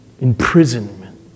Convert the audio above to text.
imprisonment